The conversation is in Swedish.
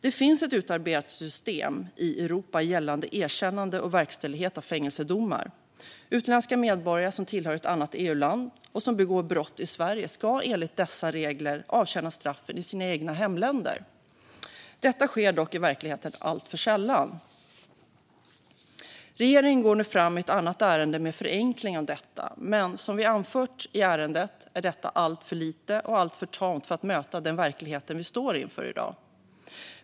Det finns ett utarbetat system i Europa gällande erkännande och verkställighet av fängelsedomar. Utländska medborgare som tillhör ett annat EU-land och som begår brott i Sverige ska enligt dessa regler avtjäna straffen i sina egna hemländer. Detta sker dock i verkligheten alltför sällan. Regeringen går nu fram i ett annat ärende med förenkling av detta, men som vi anfört i ärendet är detta alltför lite och alltför tamt för att möta den verklighet vi står inför i dag.